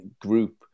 group